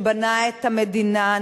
שבנה את המדינה,